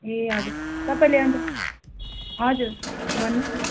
ए हजुर तपाईँले अन्त हजुर भन्नुहोस् न